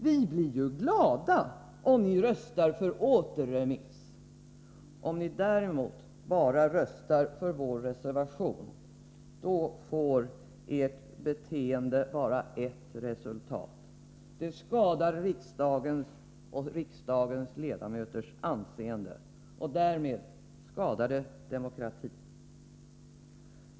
Men vi andra blir glada om ni röstar för en återremiss av ärendet. Om ni däremot röstar bara för vår reservation, resulterar det enbart i att anseendet för riksdagen och riksdagens ledamöter skadas. Därmed blir det till skada också för demokratin.